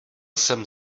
jsem